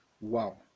Wow